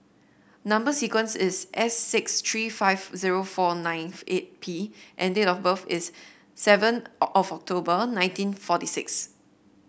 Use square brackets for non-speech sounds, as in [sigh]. number sequence is S six three five zero four nine eight P and date of birth is seven [unintelligible] October nineteen forty six